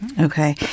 Okay